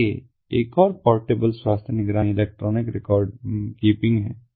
इसलिए एक और पोर्टेबल स्वास्थ्य निगरानी इलेक्ट्रॉनिक रिकॉर्ड कीपिंग है